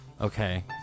Okay